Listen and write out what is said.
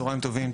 צהריים טובים,